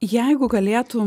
jeigu galėtum